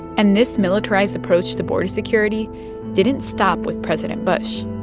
and this militarized approach to border security didn't stop with president bush.